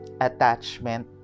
attachment